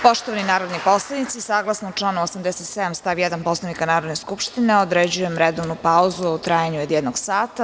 Poštovani narodni poslanici, saglasno članu 87. stav 1. Poslovnika Narodne skupštine, određujem redovnu pauzu u trajanju od jednog sata.